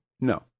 No